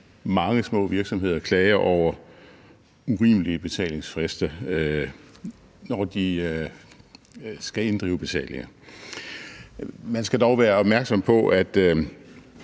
at mange små virksomheder klager over urimelige betalingsfrister, når de skal inddrive betalinger. Man skal dog være opmærksom på, at